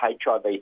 HIV